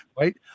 right